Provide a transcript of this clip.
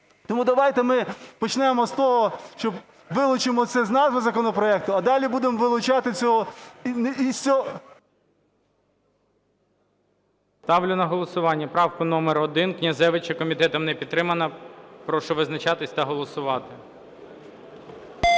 Тому давайте ми почнемо з того, що вилучимо це з назви законопроекту, а далі будемо вилучати... ГОЛОВУЮЧИЙ. Ставлю на голосування правку номер 1 Князевича. Комітетом не підтримана. Прошу визначатися та голосувати.